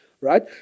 right